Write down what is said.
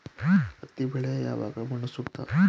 ಹತ್ತಿ ಬೆಳೆಗೆ ಯಾವ ಮಣ್ಣು ಸೂಕ್ತ?